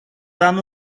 han